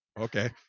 Okay